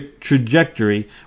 trajectory